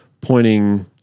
pointing